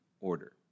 order